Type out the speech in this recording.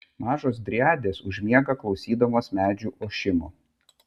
mažos driadės užmiega klausydamos medžių ošimo